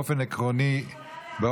אני יכולה להעביר לך מה הם עשו.